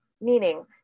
meaning